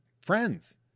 friends